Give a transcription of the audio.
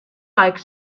like